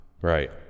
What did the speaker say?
Right